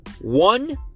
One